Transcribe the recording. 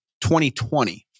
2020